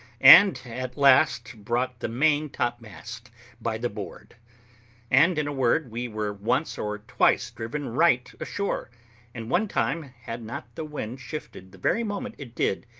and at last brought the main-top-mast by the board and, in a word, we were once or twice driven right ashore and one time, had not the wind shifted the very moment it did,